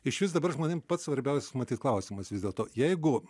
išvis dabar žmonėms pats svarbiausias matyt klausimas vis dėlto jeigu